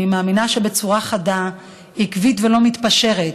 בצורה חדשה, עקבית ולא מתפשרת,